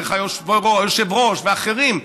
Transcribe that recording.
דרך היושב-ראש ואחרים,